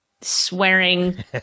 swearing